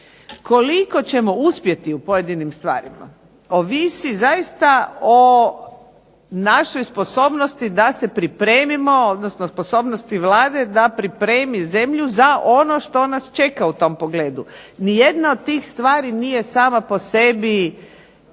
Koliko ćemo uspjeti u pojedinim stvarima, ovisi zaista o našoj sposobnosti da se pripremimo, odnosno sposobnosti Vlade da pripremi zemlju za ono što nas čeka u tom pogledu. nijedna od tih stvari nije sama po sebi